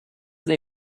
they